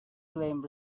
claimed